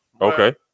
Okay